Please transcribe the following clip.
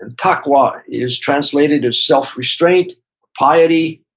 and taqwa is translated as self-restraint, piety,